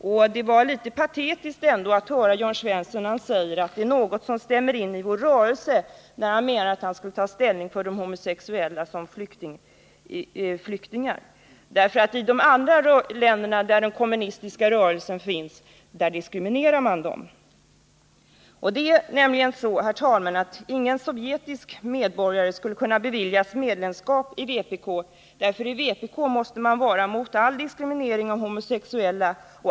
Men det var ändå litet patetiskt att höra Jörn Svensson säga att hans inställning stämmer överens med åsikterna inom den rörelse som han representerar när han vill ta ställning för homosexualitet som grund för flyktingskap. I de andra länder där den kommunistiska rörelsen finns diskrimineras homosexuella. Det är nämligen så, herr talman, att ingen sovjetisk medborgare skulle kunna beviljas medlemskap i vpk, eftersom man i vpk måste vara emot all diskriminering av homosexuella.